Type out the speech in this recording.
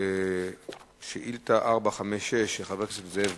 חבר הכנסת גדעון עזרא שאל את שר התשתיות הלאומיות